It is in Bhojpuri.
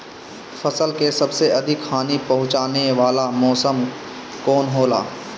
फसल के सबसे अधिक हानि पहुंचाने वाला मौसम कौन हो ला?